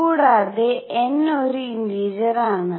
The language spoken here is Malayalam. കൂടാതെ n ഒരു ഇന്റിജർ ആണ്